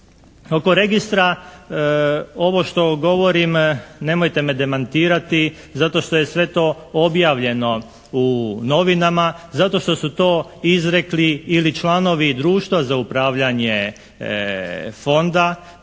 Oko registra ovo što govorim nemojte me demantirati zato što je sve to objavljeno u novinama, zato što su to izrekli ili članovi Društva za upravljanje fonda